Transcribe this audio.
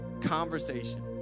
conversation